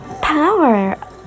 power